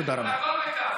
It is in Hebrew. תודה רבה.